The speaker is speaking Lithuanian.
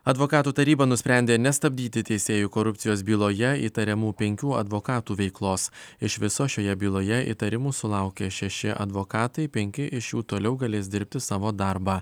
advokatų taryba nusprendė nestabdyti teisėjų korupcijos byloje įtariamų penkių advokatų veiklos iš viso šioje byloje įtarimų sulaukė šeši advokatai penki iš jų toliau galės dirbti savo darbą